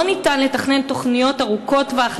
לא ניתן לתכנן תוכניות ארוכות טווח,